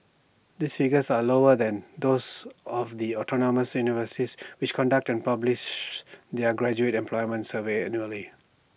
these figures are lower than those of the autonomous universities which conduct and publish their graduate employment surveys annually